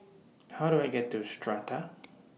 How Do I get to Strata